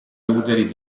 ruderi